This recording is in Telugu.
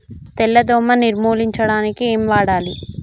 తెల్ల దోమ నిర్ములించడానికి ఏం వాడాలి?